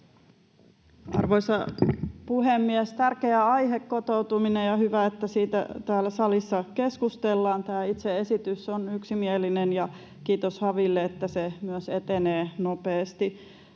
Arvoisa puhemies! Tärkeä aihe, kotoutuminen, ja hyvä, että siitä täällä salissa keskustellaan. Tämä itse esitys on yksimielinen, ja kiitos HaVille, että se myös etenee nopeasti.